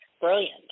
brilliant